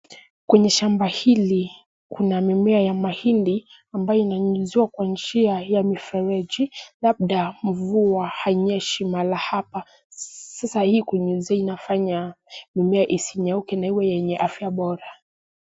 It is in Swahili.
Kwenye shamba hili kuna mimea ya mahindi ambayo inanyunyizwa kwa njia ya mifereji labda mvua hainyesha mahala hapa. Sasa hii kunyunyizia inafanya mimea isinyauke na iwe yenye afaya bora.